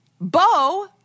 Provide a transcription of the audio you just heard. Bo